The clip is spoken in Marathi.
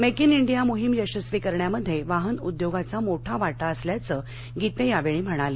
मेक इन इंडिया मोहीम यशस्वी करण्यामध्ये वाहन उद्योगाचा मोठा वाटा असल्याचं गीते यावेळी म्हणाले